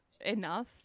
enough